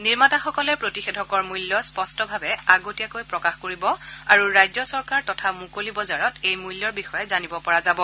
নিৰ্মতাসকলে প্ৰতিষেধকৰ মূল্য স্পষ্টভাৱে আগতীয়াকৈ প্ৰকাশ কৰিব আৰু ৰাজ্য চৰকাৰ তথা মুকলি বজাৰত এই মূল্যৰ বিষয়ে জানিব পৰা যাব